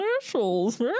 initials